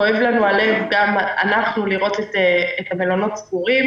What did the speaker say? כואב לנו הלב, גם אנחנו, לראות את המלונות סגורים.